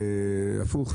הפוך,